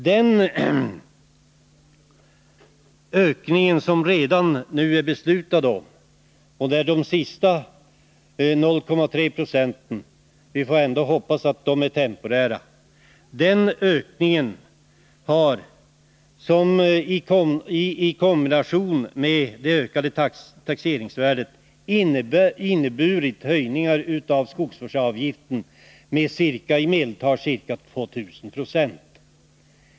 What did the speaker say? Den ökning som redan har beslutats — vi får hoppas att de sista 0,3 procenten är temporära — i kombination med det ökade taxeringsvärdet har inneburit höjningar av skogsvårdsavgiften med i medeltal ca 2000 96.